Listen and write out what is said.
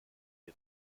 ihr